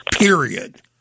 Period